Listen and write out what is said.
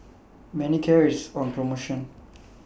Manicare IS on promotion